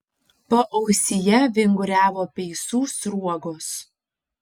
paausyje vinguriavo peisų sruogos